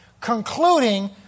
Concluding